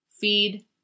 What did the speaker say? feed